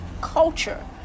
culture